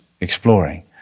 exploring